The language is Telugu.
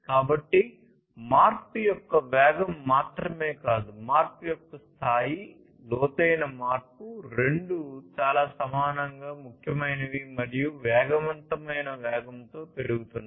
కాబట్టి మార్పు యొక్క వేగం మాత్రమే కాదు మార్పు యొక్క స్థాయి లోతైన మార్పు రెండూ చాలా సమానంగా ముఖ్యమైనవి మరియు వేగవంతమైన వేగంతో పెరుగుతున్నాయి